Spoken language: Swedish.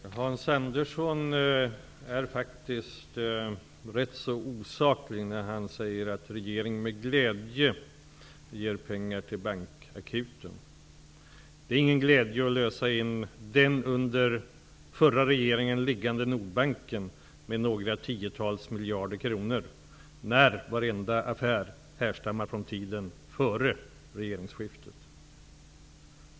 Herr talman! Hans Andersson är rätt osaklig när han säger att regeringen med glädje ger pengar till bankakuten. Det är ingen glädje i att lösa in den under förra regeringen liggande Nordbanken, med några tiotals miljarder kronor, där varenda affär härrör från tiden före regeringsskiftet.